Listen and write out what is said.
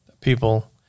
People